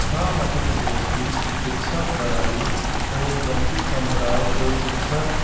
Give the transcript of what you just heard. हाँ मध्य प्रदेश की शिक्षा प्रणाली और वंचित सम्प्रदाओं की शिक्षा